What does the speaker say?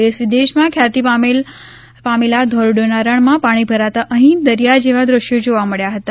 દેશ વિદેશમા ખ્યાતી પામેલા ધોરડોના રણમાં પાણી ભરાતા અફીં દરિયા જેવા દૃશ્યો જોવા મળ્યા હતા